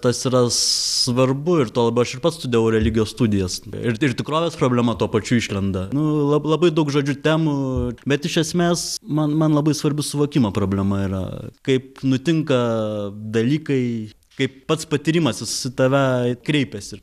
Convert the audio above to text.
tas yra svarbu ir tuo labiau aš ir pats studijavau religijos studijas ir ti tikrovės problema tuo pačiu išlenda nu lab labai daug žodžiu temų bet iš esmės man man labai svarbi suvokimo problema yra kaip nutinka dalykai kaip pats patyrimas jis į tave kreipiasi